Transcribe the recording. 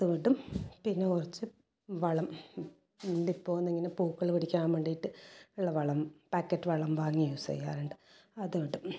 അതും ഇടും പിന്നെ കുറച്ച് വളം ഡിപ്പോയിൽ നിന്ന് ഇങ്ങനെ പൂക്കൾ പിടിക്കാൻ വേണ്ടിയിട്ട് ഉള്ള വളം പാക്കറ്റ് വളം വാങ്ങിയും യൂസ് ചെയ്യാറുണ്ട് അതുണ്ട്